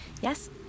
Yes